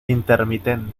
intermitente